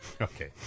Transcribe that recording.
okay